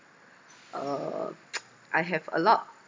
uh I have a lot